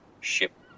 ship